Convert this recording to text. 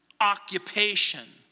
occupation